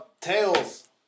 tails